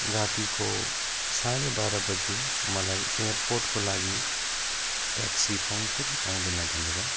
रातिको साढे बाह्र बजी मलाई एयरपोर्टको लागि ट्याक्सी पाउँछ कि पाउँदैन भनेर